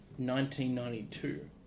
1992